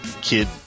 Kid